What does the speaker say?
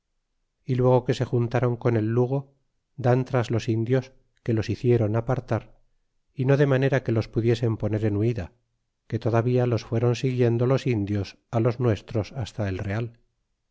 y luego que se juntaron con el lugo dan tras los indios que los bici ron apartar y no de manera que los pudiesen poner en huida que todavía los fueron siguiendo los indioi los nuestros hasta el real